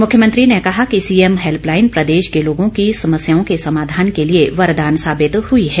मुख्यमंत्री ने कहा कि सीएम हैल्पलाईन प्रदेश के लोगों की समस्याओं के समाधान के लिए वरदान साबित हुई हैं